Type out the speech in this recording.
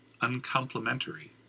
uncomplimentary